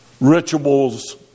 rituals